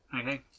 Okay